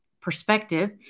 perspective